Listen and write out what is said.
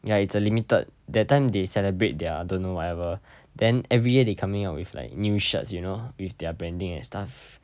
ya it's a limited that time they celebrate their don't know whatever then every year they coming out with like new shirts you know with their branding and stuff